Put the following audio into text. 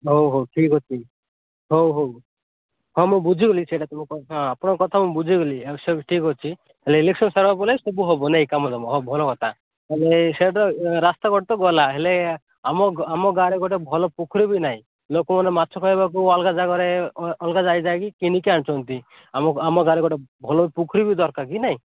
ହଉ ହଉ ଠିକ ଅଛି ହଉ ହଉ ହଁ ମୁଁ ବୁଝିଗଲି ସେଇଟା ତୁମ କଥା ଆପଣଙ୍କ କଥା ମୁଁ ବୁଝିଗଲି ହଁ ସିଏବି ଠିକ ଅଛି ହେଲେ ଇଲେକ୍ସନ ସରିଲା ବୋଲେ ସବୁ ହେବ ନାଇଁ କାମ ଦାମ ହଉ ଭଲ କଥା ହେଲେ ସେଇଟା ତ ରାସ୍ତା ବାଟ ତ ଗଲା ହେଲେ ଆମ ଆମ ଗାଁ ରେ ଗୁଟେ ଭଲ ପୋଖରୀ ବି ନାଇଁ ଲୋକମାନେ ମାଛ ଖାଇବାକୁ ଅଲଗା ଜାଗାରେ ଅଲଗା ଯାଇକି କିନିକି ଆନୁଛନ୍ତି ଆମକୁ ଆମ ଗାଁ ରେ ଗୋଟେ ଭଲ ପୋଖରୀ ବି ଦରକାର କି ନାଇଁ